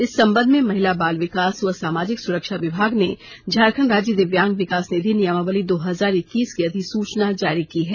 इस संबध में महिला बाल विकास व सामाजिक सुरक्षा विकास ने झारखंड राज्य दिव्यांग विकास निधि नियमावली दो हजार इककीस की अधिसूचना जारी की है